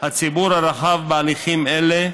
הציבור הרחב בהליכים אלה,